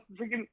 freaking